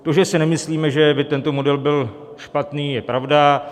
To, že si nemyslíme, že by tento model byl špatný, je pravda.